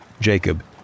Jacob